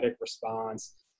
response